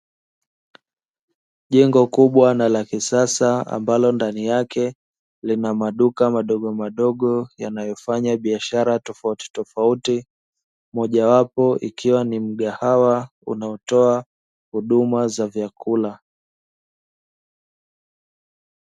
Jengo kubwa na la kisasa ambalo ndani yake lina maduka madogomadogo yanayofanya biashara tofauti tofauti, moja wapo ikiwa ni mgahawa unaotoa huduma za vyakula.